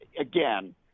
again